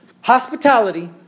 hospitality